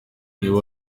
niba